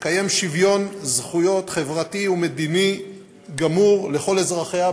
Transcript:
תקיים שוויון זכויות חברתי ומדיני גמור לכל אזרחיה,